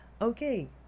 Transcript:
Okay